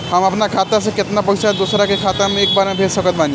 हम अपना खाता से केतना पैसा दोसरा के खाता मे एक बार मे भेज सकत बानी?